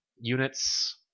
units